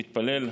מתפלל,